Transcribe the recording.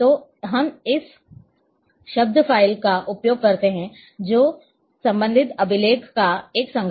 तो हम इस शब्द फ़ाइल का उपयोग करते हैं जो संबंधित अभिलेख का एक संग्रह है